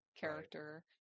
character